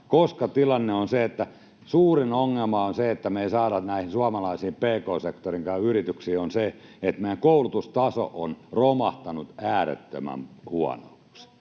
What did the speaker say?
koska tilanne on se, että suurin ongelma on se, että me ei saada työvoimaa näihin suomalaisiin pk-sektorinkaan yrityksiin, koska meidän koulutustaso on romahtanut äärettömän huonoksi.